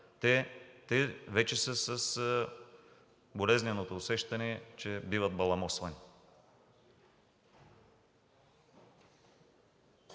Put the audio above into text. Те вече са с болезненото усещане, че биват баламосвани.